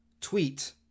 tweet